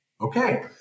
okay